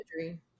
imagery